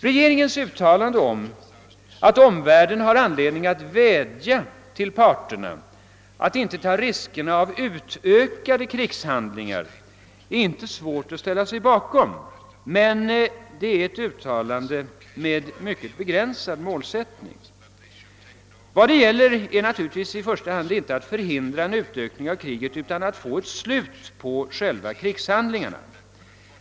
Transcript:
Regeringens uttalande om att omvärlden har anledning att vädja till parterna att inte ta riskerna av utökade krigshandlingar är det inte svårt att ställa sig bakom. Men detta är tyvärr en mycket begränsad målsättning. Vad det gäller är naturligtvis inte i första hand att förhindra en utökning av kriget utan att få ett slut på själva krigshandlingarna.